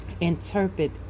Interpret